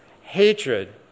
hatred